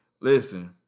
Listen